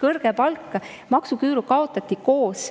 kõrge palk. Maksuküür kaotati koos